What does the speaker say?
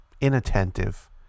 inattentive